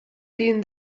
dienen